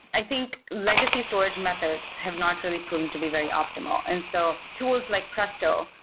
i think legacy storage methods have not really proven to be very optimal. and so tools like presto,